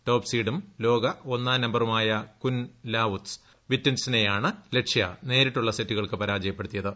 ടോപ്സീഡും ലോക ഒന്നാം നമ്പറുമായ കുൻ ലാവുത് വിറ്റിഡ്സാനെയാണ് ലക്ഷ്യ നേരിട്ടുള്ള സൈറ്റുകൾക്ക് പരാജയപ്പെടുത്തിയത്